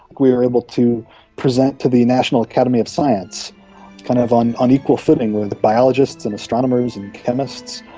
we were able to present to the national academy of science kind of and an equal footing with biologists and astronomers and chemists.